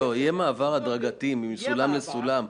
יהיה מעבר הדרגתי מסולם לסולם.